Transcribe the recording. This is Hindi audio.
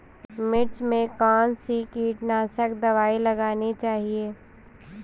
मिर्च में कौन सी कीटनाशक दबाई लगानी चाहिए?